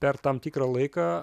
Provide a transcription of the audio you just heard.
per tam tikrą laiką